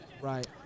Right